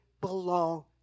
belong